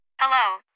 Hello